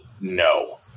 no